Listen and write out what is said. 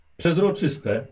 przezroczyste